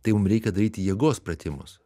tai mum reikia daryti jėgos pratimus